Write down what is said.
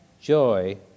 joy